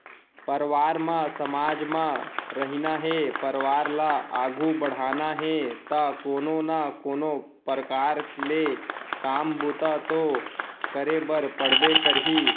परवार म समाज म रहिना हे परवार ल आघू बड़हाना हे ता कोनो ना कोनो परकार ले काम बूता तो करे बर पड़बे करही